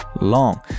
long